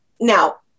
Now